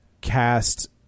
cast